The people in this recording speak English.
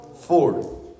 Four